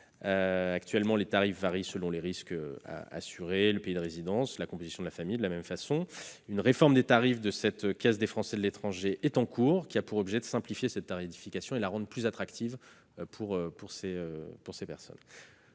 Actuellement, les tarifs varient selon les risques à assurer, le pays de résidence ou la composition de la famille. Une réforme des tarifs de cette caisse est en cours ; elle a pour objet de simplifier cette tarification et de la rendre plus attractive pour ces personnes.